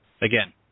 again